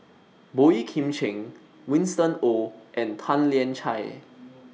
Boey Kim Cheng Winston Oh and Tan Lian Chye